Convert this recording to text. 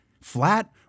flat